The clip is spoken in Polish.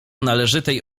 należytej